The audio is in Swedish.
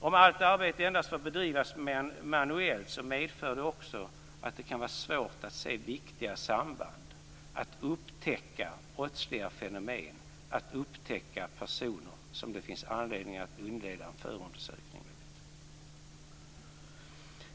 Om allt arbete endast får bedrivas manuellt medför det också att det kan vara svårt att se viktiga samband, att uppteckna brottsliga fenomen, att upptäcka personer som det finns anledning att inleda en förundersökning mot.